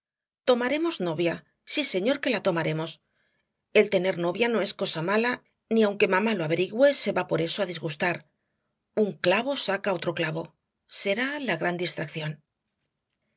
tomaremos novia sí señor que la tomaremos el tener novia no es cosa mala ni aunque mamá lo averigüe se va por eso á disgustar un clavo saca otro clavo será la gran distracción